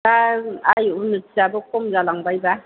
दा आय उनन'थिआबो खम जालांबायबा